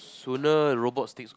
sooner robot takes